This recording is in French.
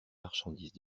marchandises